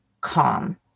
calm